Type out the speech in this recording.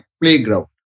playground